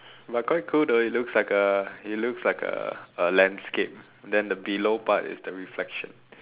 but quite cool though it looks like a it looks like a a landscape then the below part is the reflection